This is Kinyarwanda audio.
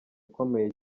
ukomeye